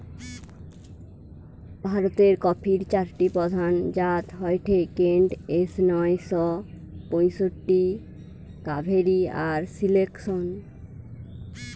ভারতের কফির চারটি প্রধান জাত হয়ঠে কেন্ট, এস নয় শ পয়ষট্টি, কাভেরি আর সিলেকশন